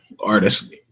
artists